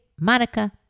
Monica